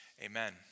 amen